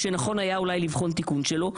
ונכון היה אולי לבחון תיקון שלו.